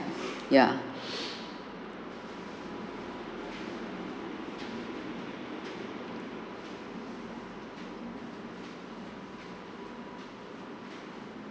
ya